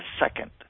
second